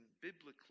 biblically